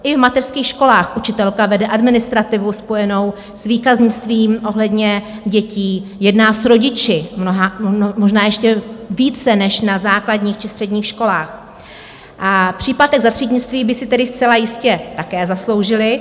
I v mateřských školách učitelka vede administrativu spojenou s výkaznictvím ohledně dětí, jedná s rodiči možná ještě více než na základních či středních školách a příplatek za třídnictví by si tedy zcela jistě také zasloužili.